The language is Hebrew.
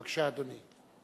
בבקשה, אדוני.